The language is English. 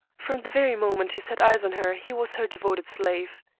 from the very moment he set eyes on her he was her devoted slave,